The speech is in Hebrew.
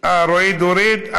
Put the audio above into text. רועי הוריד,